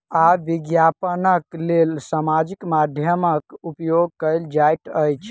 आब विज्ञापनक लेल सामाजिक माध्यमक उपयोग कयल जाइत अछि